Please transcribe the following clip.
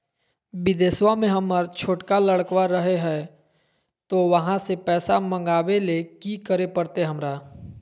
बिदेशवा में हमर छोटका लडकवा रहे हय तो वहाँ से पैसा मगाबे ले कि करे परते हमरा?